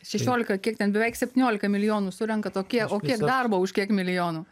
šešiolika kiek ten beveik septyniolika milijonų surenkt o kie o kiek darbo už kiek milijonų